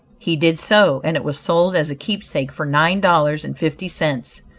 he did so, and it was sold as a keepsake for nine dollars and fifty cents!